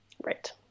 Right